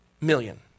million